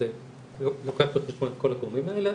אז אני לוקח בחשבון את כל הגורמים האלה,